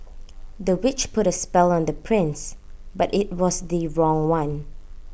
the witch put A spell on the prince but IT was the wrong one